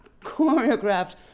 choreographed